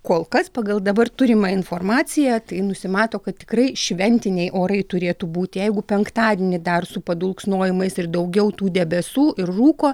kol kas pagal dabar turimą informaciją tai nusimato kad tikrai šventiniai orai turėtų būt jeigu penktadienį dar su padulksnojimais ir daugiau tų debesų ir rūko